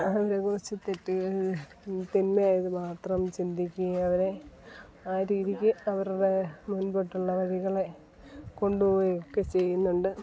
അവരെക്കുറിച്ച് തെറ്റുകൾ തിന്മയായത് മാത്രം ചിന്തിക്കുകയും അവരെ ആ രീതിക്ക് അവരുടെ മുൻപോട്ടുള്ള വഴികളെ കൊണ്ടുപോവുകയുമൊക്കെ ചെയ്യുന്നുണ്ട്